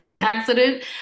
accident